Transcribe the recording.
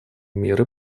меры